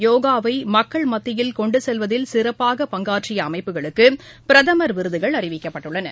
யோகாவைமக்கள் மத்தியில் கொண்டுசெல்வதில் இந்தஆண்டில் சிறப்பாக பங்காற்றியஅமைப்புகளுக்குபிரதமா் விருதுகள் அறிவிக்கப்பட்டுள்ளன